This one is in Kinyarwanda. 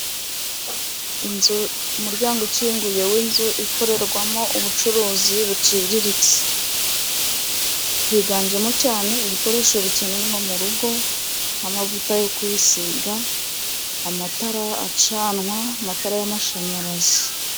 Umuryango ukinguye w inzu ikorerwamo ubucuruzi buciriritse, higanjemo cyane ibikoresho bikenerwa mu rugo, amavuta yo kwisiga, amatara acanwa, amatara y'amashanyarazi.